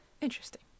interesting